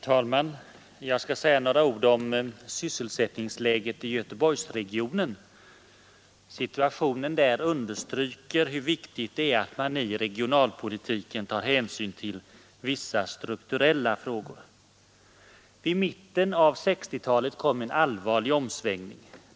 Herr talman! Jag skall säga några ord om sysselsättningsläget i Göteborgsregionen. Situationen där understryker hur viktigt det är att man i regionalpolitiken tar hänsyn till vissa strukturella frågor. I mitten av 1960-talet kom en allvarlig omsvängning.